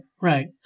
Right